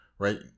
right